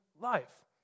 life